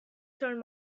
turn